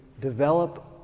develop